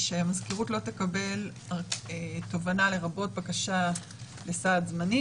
שהמזכירות לא תקבל תובענה לרבות בקשה לסעד זמני,